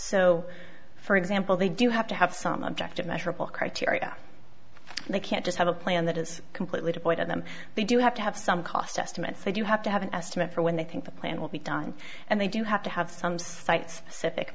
so for example they do have to have some objective measurable criteria they can't just have a plan that is completely devoid of them they do have to have some cost estimates they do have to have an estimate for when they think the plan will be done and they do have to have some cites